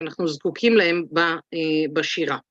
אנחנו זקוקים להם בשירה.